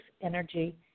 energy